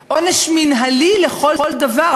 עונש מינהלי לכל דבר,